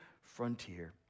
frontier